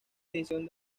edición